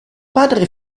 padre